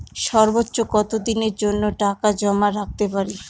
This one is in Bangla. সর্বোচ্চ কত দিনের জন্য টাকা জমা রাখতে পারি?